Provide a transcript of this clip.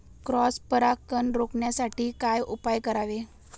Cross परागकण रोखण्यासाठी काय उपाय करावे?